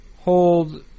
hold